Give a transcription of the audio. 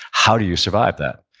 how do you survive that?